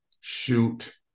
shoot